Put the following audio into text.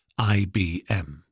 IBM